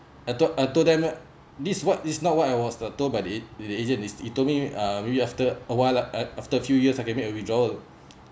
I thought I told them eh this what is not what I was uh told by the the agent is he told me uh maybe after a while lah uh after a few years I can make a withdrawal